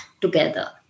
together